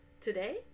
Today